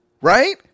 Right